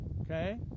Okay